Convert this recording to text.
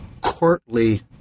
courtly